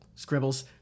Scribbles